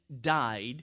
died